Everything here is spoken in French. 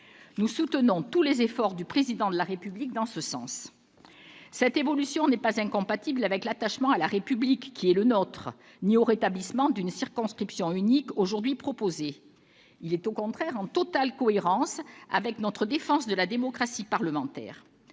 Nous soutenons tous les efforts du Président de la République en ce sens. Cette évolution n'est pas incompatible avec l'attachement à la République qui est le nôtre ni avec le rétablissement d'une circonscription unique qui nous est aujourd'hui proposé. Elle est au contraire en totale cohérence avec notre défense de la démocratie parlementaire.